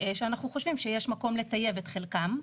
שאנחנו חושבים שיש מקום לטייב את חלקם.